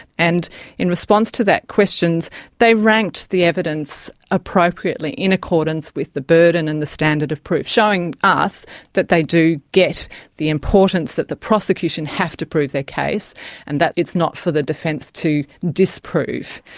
and in response to that question they ranked the evidence appropriately in accordance with the burden and the standard of proof, showing us that they do get the importance that the prosecution have to prove their case and that it's not for the defence to disprove.